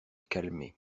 calmer